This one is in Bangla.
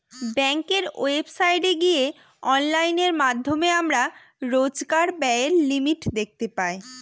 ব্যাঙ্কের ওয়েবসাইটে গিয়ে অনলাইনের মাধ্যমে আমরা রোজকার ব্যায়ের লিমিট দেখতে পাই